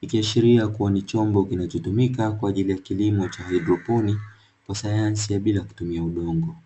ikiashiria kuwa ni chombo kinachotumika kwa kilimo cha haidroponi cha sayansi ya bila kutumia udongo.